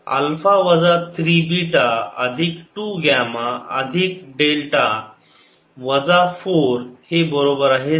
तर अल्फा वजा 3 बीटा अधिक 2 ग्यामा अधिक डेल्टा वजा 4 हे बरोबर आहे 0